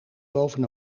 boven